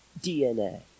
DNA